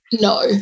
No